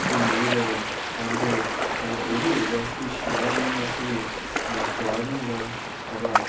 बी meat पांदे तां ओह् बी एह्दे आस्तै ते शैल इ'यां उसी बी सोआद होंदा अबा